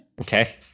Okay